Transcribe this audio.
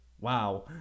Wow